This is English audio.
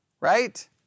Right